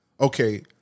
okay